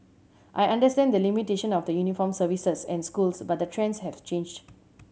I understand the limitation of the uniformed services and schools but the trends have changed